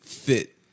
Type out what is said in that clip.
fit